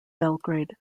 belgrade